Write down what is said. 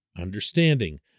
understanding